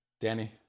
Danny